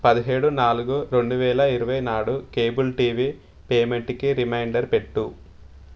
పదిహేడు నాలుగు రెండు వేల ఇరవై నాడు కేబుల్ టీవీ పేమెంట్కి రిమైండర్ పెట్టు